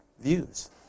views